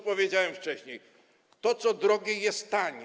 Powiedziałem wcześniej: to, co drogie, jest tanie.